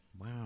Wow